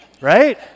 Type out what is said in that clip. right